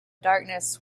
darkness